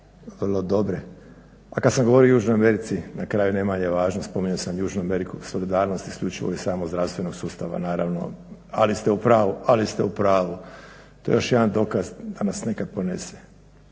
vrlo dobre. A kad sam govorio o Južnoj Americi, na kraju ne manje važno, spomenuo sam Južnu Ameriku i solidarnost isključivo i samo zdravstvenog sustava naravno, ali ste u pravu. To je još jedan dokaz da nas nekad ponese,